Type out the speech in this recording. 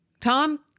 Tom